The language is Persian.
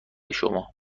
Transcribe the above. شما